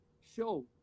show